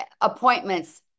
appointments